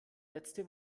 letzte